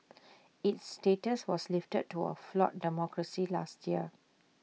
its status was lifted to A flawed democracy last year